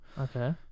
Okay